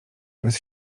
bez